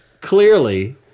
clearly